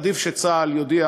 עדיף שצה"ל יודיע